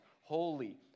holy